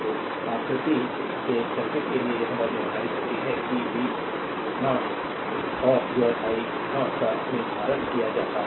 तो आकृति के सर्किट के लिए यह बात निर्धारित होती है कि v0 और your i 0 का निर्धारण किया जाता है